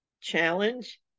challenge